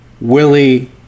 Willie